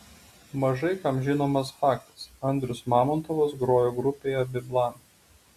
mažai kam žinomas faktas andrius mamontovas grojo grupėje biplan